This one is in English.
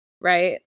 right